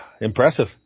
Impressive